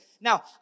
Now